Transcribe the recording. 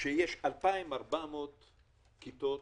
יש 2,400 כיתות